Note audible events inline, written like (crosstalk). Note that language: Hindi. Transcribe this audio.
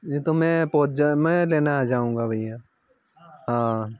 (unintelligible) तो मैं पहुँच ज मैं लेने आ जाऊंगा भैया हाँ